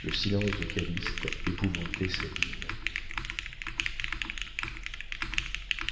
le silence de calyste épouvantait sabine